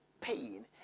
pain